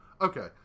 Okay